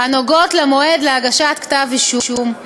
הנוגעות למועד להגשת כתב-אישום,